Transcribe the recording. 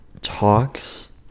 talks